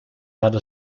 hadden